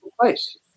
place